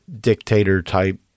dictator-type